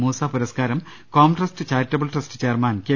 മൂസ പുരസ്കാരം Comtrust charitable trust chairman K